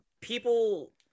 people